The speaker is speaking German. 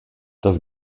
das